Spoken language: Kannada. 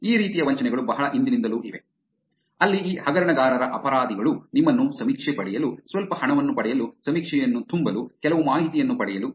ಈ ರೀತಿಯ ವಂಚನೆಗಳು ಬಹಳ ಹಿಂದಿನಿಂದಲೂ ಇವೆ ಅಲ್ಲಿ ಈ ಹಗರಣಗಾರರ ಅಪರಾಧಿಗಳು ನಿಮ್ಮನ್ನು ಸಮೀಕ್ಷೆ ಪಡೆಯಲು ಸ್ವಲ್ಪ ಹಣವನ್ನು ಪಡೆಯಲು ಸಮೀಕ್ಷೆಯನ್ನು ತುಂಬಲು ಕೆಲವು ಮಾಹಿತಿಯನ್ನು ಪಡೆಯಲು